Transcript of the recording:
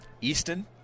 Easton